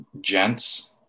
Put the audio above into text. Gent's